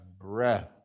breath